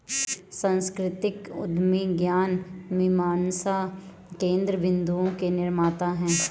सांस्कृतिक उद्यमी ज्ञान मीमांसा केन्द्र बिन्दुओं के निर्माता हैं